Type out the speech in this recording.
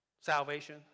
salvation